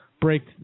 break